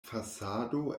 fasado